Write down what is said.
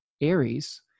Aries